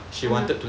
(uh huh)